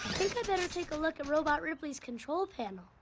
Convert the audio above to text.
think i better take a look at robot ripley's control panel.